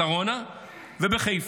בשרונה ובחיפה.